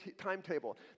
timetable